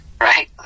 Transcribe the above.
right